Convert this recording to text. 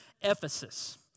Ephesus